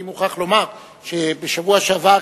אני מוכרח לומר שבשבוע שעבר,